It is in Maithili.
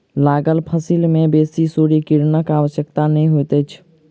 लागल फसिल में बेसी सूर्य किरणक आवश्यकता नै होइत अछि